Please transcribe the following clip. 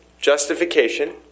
justification